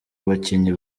abakinnyi